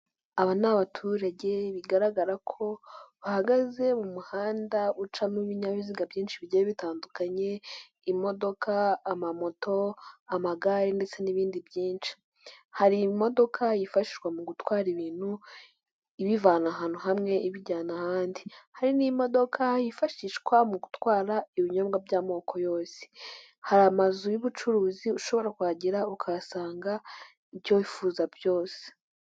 Aba ni abaturage bigaragara ko bahagaze mu muhanda ucamo ibinyabiziga byinshi bigiye bitandukanye, imodoka, amamoto amagare ndetse n'ibindi byinshi . Hari imodoka yifashishwa mu gutwara ibintu ibivana ahantu hamwe ibijyana ahandi. Hari n'imodoka yifashishwa mu gutwara ibinyobwa by'amoko yose, hari amazu y'ubucuruzi ushobora kuhagera ukahasanga ibyo wifuza byose.